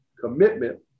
commitment